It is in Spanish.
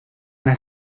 una